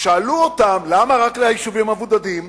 שאלו אותם: למה רק ליישובים המבודדים?